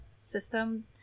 system